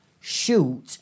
shoot